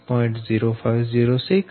1 X 6